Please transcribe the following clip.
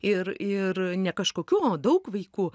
ir ir ne kažkokių o daug vaikų